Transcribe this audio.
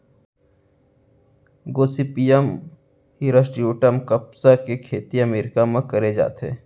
Gossypium hirsutum कपसा के खेती अमेरिका म करे जाथे